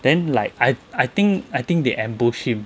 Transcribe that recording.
then like I I think I think they ambushed him